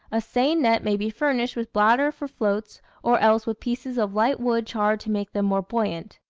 a seine net may be furnished with bladder for floats, or else with pieces of light wood charred to make them more buoyant.